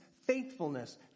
faithfulness